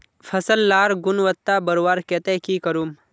फसल लार गुणवत्ता बढ़वार केते की करूम?